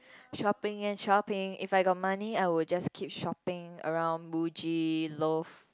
shopping and shopping if I got money I will just keep shopping around Muji Loft